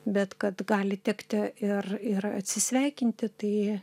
bet kad gali tekti ir ir atsisveikinti tai